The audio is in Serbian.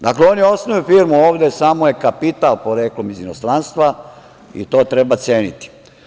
Dakle, oni osnuju firmu ovde, a samo je kapital poreklom iz inostranstva i to treba ceniti.